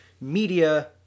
media